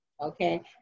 Okay